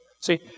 See